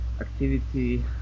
activity